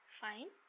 fine